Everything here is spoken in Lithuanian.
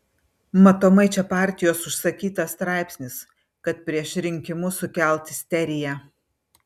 matomai čia partijos užsakytas straipsnis kad prieš rinkimus sukelt isteriją